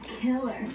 Killer